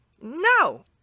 no